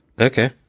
Okay